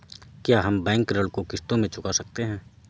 क्या हम बैंक ऋण को किश्तों में चुका सकते हैं?